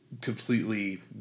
completely